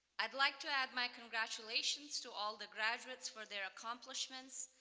i'd like to add my congratulations to all the graduates for their accomplishments,